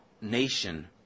nation